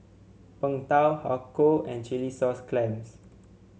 Png Tao Har Kow and Chilli Sauce Clams